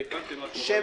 שיירשם.